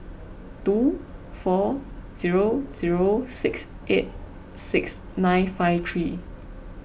two four zero zero six eight six nine five three